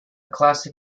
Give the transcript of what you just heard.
classic